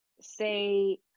say